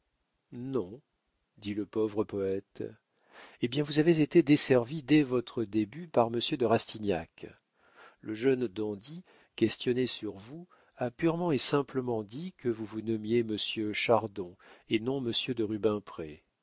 non dit le pauvre poète hé bien vous avez été desservi dès votre début par monsieur de rastignac le jeune dandy questionné sur vous a purement et simplement dit que vous vous nommiez monsieur chardon et non monsieur de